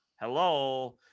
hello